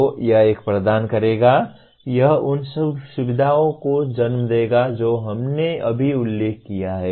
तो यह एक प्रदान करेगा यह उन सुविधाओं को जन्म देगा जो हमने अभी उल्लेख किया है